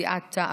סיעת תע"ל,